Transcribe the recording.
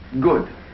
Good